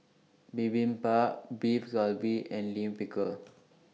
Bibimbap Beef Galbi and Lime Pickle